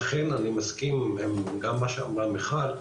אכן אני מסכים עם מה שאמרה מיכל,